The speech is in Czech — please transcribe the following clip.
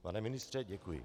Pane ministře, děkuji.